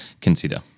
consider